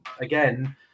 again